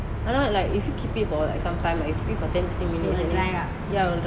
I know like if you keep it for like some time if you keep it for ten fifteen minute ya it will dry up